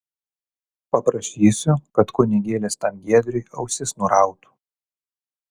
paprašysiu kad kunigėlis tam giedriui ausis nurautų